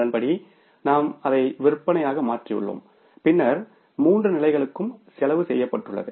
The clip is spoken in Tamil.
அதன்படி நாம் அதை விற்பனையாக மாற்றியுள்ளோம் பின்னர் மூன்று நிலைகளுக்கும் செலவு செய்யப்பட்டுள்ளது